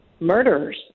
murderers